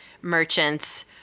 merchants